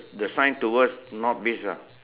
the sign towards north beach lah